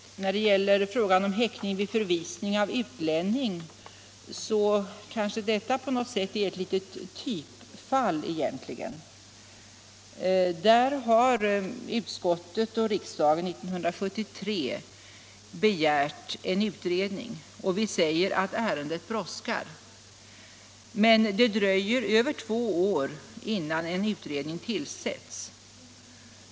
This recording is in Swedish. Vad sedan angår häktning vid förvisning av utlänning är den frågan kanske ett typfall. Där har utskottet och riksdagen 1973 begärt en utredning, och vi sade då att ärendet brådskade. Men det dröjde över två år innan en utredning tillsattes.